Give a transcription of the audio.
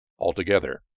altogether